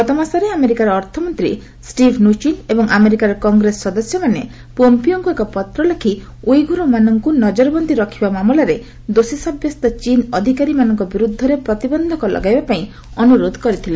ଗତ ମାସରେ ଆମେରିକାର ଅର୍ଥମନ୍ତ୍ରୀ ଷ୍ଟିଭ୍ ନୁଚିନ୍ ଏବଂ ଆମେରିକାର କଂଗ୍ରେସ ସଦସ୍ୟମାନେ ପୋମ୍ପିଓକୁ ଏକ ପତ୍ର ଲେଖି ଉଇଘୁରମାନଭ୍କୁ ନଜରବନ୍ଦୀ ରଖିବା ମାମଲାରେ ଦୋଷୀସାବ୍ୟସ୍ତ ଚୀନ ଅଧିକାରୀମାନଙ୍କ ବିରୁଦ୍ଧରେ ପ୍ରତିବନ୍ଧକ ଲଗାଇବା ପାଇଁ ଅନୁରୋଧ କରିଥିଲେ